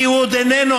כי הוא עוד איננו,